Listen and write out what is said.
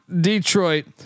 Detroit